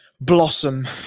blossom